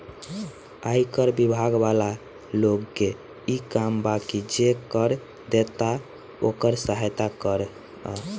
आयकर बिभाग वाला लोग के इ काम बा की जे कर देता ओकर सहायता करऽ